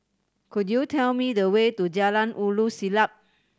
could you tell me the way to Jalan Ulu Siglap